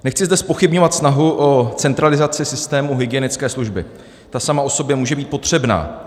Nechci zde zpochybňovat snahu o centralizaci systému hygienické služby, ta sama o sobě může být potřebná.